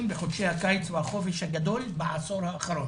בחודשי הקיץ והחופש הגדול בעשור האחרון.